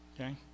okay